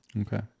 okay